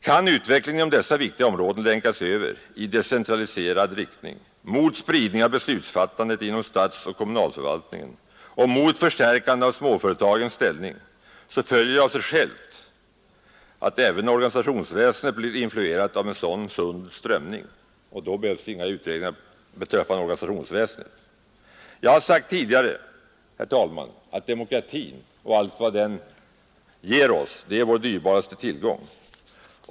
Kan utvecklingen inom dessa viktiga områden länkas över i decentraliserad riktning mot spridning av beslutsfattande inom statsoch kommunalförvaltningen och mot förstärkande av småföretagens ställning, så följer av sig självt att även organisationsväsendet blir influerat av en sådan sund strömning, och då behövs inga utredningar beträffande organisationsväsendet. Jag har tidigare sagt, herr talman, att demokratin och allt vad den ger oss är vår dyrbaraste tillgång.